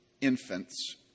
infants